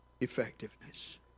effectiveness